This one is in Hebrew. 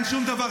אין שום דבר.